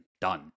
done